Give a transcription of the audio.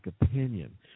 opinion